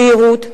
תיירות,